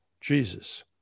Jesus